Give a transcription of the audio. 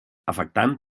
afectant